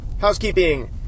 Housekeeping